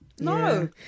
No